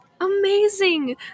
Amazing